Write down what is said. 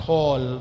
Call